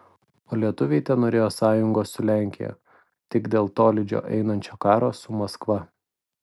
o lietuviai tenorėjo sąjungos su lenkija tik dėl tolydžio einančio karo su maskva